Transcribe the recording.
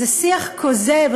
זה שיח כוזב.